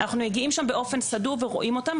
אנחנו מגיעים לשם באופן סדור ורואים אותם,